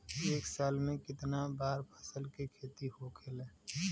एक साल में कितना बार फसल के खेती होखेला?